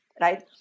right